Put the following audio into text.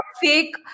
fake